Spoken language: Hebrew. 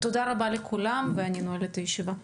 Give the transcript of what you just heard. תודה רבה לכולם, אני נועלת את הישיבה.